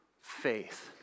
faith